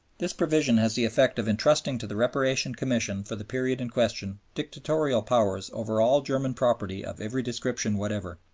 this provision has the effect of intrusting to the reparation commission for the period in question dictatorial powers over all german property of every description whatever.